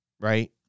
right